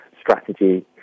strategy